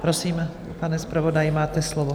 Prosím, pane zpravodaji, máte slovo.